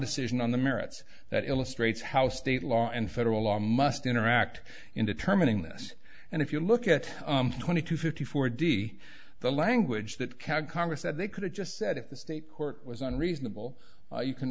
decision on the merits that illustrates how state law and federal law must interact in determining this and if you look at twenty two fifty four d the language that count congress said they could have just said if the state court was unreasonable you can